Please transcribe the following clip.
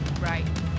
Right